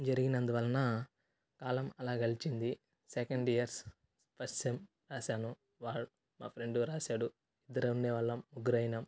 జరిగినందు వలన కాలం అలా గలిచింది సెకండ్ ఇయర్స్ ఫస్ట్ సెమ్ రాసాను వాడ్ మా ఫ్రెండ్ రాశాడు ఇద్దరే ఉండేవాళ్ళం ముగ్గురు అయినాం